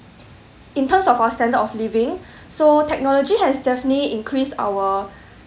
in terms of our standard of living so technology has definitely increase our